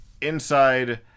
inside